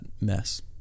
mess